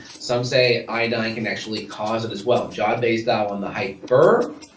some say iodine can actually cause of this well. jod-basedow on the hyper,